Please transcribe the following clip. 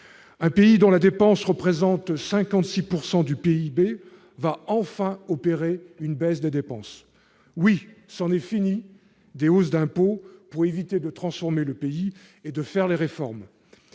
pays dont la dépense représente 56 % du PIB, va enfin opérer une baisse dans ce domaine. Oui, c'en est fini des hausses d'impôts pour éviter de transformer le pays et de faire les réformes